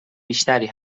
بیشتری